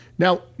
Now